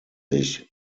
ich